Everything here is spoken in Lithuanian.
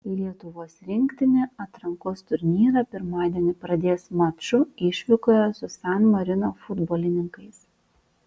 lietuvos rinktinė atrankos turnyrą pirmadienį pradės maču išvykoje su san marino futbolininkais